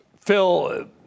Phil